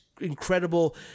incredible